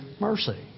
mercy